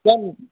કેમ